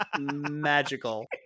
magical